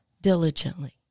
diligently